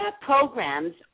programs